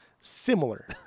similar